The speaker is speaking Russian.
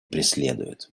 преследуют